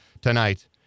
tonight